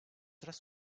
tras